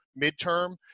midterm